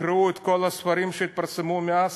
תקראו את כל הספרים שהתפרסמו מאז,